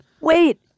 Wait